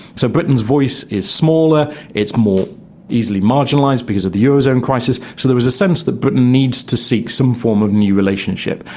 so britain's voice is smaller, it's more easily marginalised because of the eurozone crisis. so there is a sense that britain needs to seek some form of new relationship.